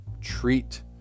treat